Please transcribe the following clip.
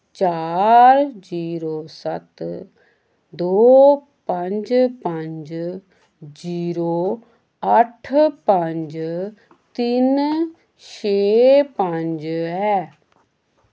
चार जीरो सत्त दो पंज पंज जीरो अट्ठ पंज तिन्न छे पंज ऐ